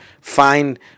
find